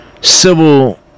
civil